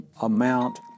amount